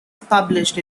published